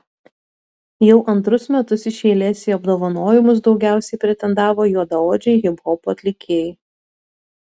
jau antrus metus iš eilės į apdovanojimus daugiausiai pretendavo juodaodžiai hiphopo atlikėjai